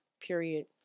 Period